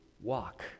walk